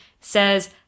says